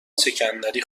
سکندری